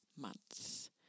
months